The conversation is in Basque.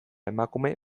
emakume